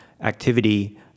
activity